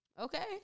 okay